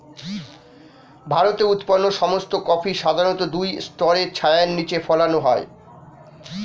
ভারতে উৎপন্ন সমস্ত কফি সাধারণত দুই স্তরের ছায়ার নিচে ফলানো হয়